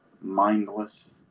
mindless